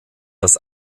das